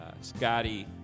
Scotty